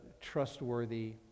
trustworthy